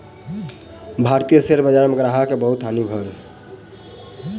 भारतीय शेयर बजार में ग्राहक के बहुत हानि भेल